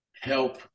help